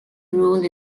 role